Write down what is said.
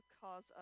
cause